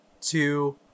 two